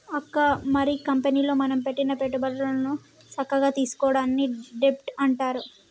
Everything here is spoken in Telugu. అక్క మరి కంపెనీలో మనం పెట్టిన పెట్టుబడులను సక్కగా తీసుకోవడాన్ని డెబ్ట్ అంటారు